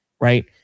right